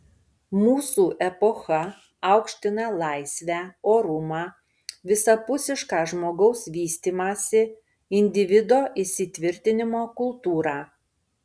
mūsų epocha aukština laisvę orumą visapusišką žmogaus vystymąsi individo įsitvirtinimo kultūrą